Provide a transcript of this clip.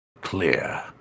clear